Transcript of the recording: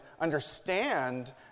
understand